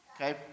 Okay